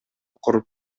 куруп